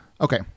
Okay